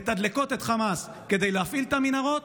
מתדלקות את חמאס כדי להפעיל את המנהרות,